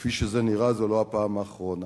וכפי שזה נראה זו לא הפעם האחרונה.